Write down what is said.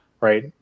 right